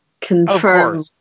confirm